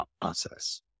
process